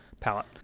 palette